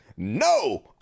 No